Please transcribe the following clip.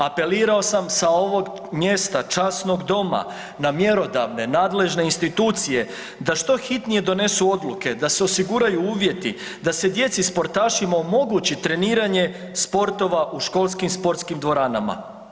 Apelirao sam sa ovog mjesta časnog Doma na mjerodavne nadležne institucije da što hitnije donesu odluke da se osiguraju uvjeti, da se djeci sportašima omogući treniranje sportova u školskim sportskim dvoranama.